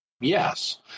yes